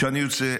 אני רוצה,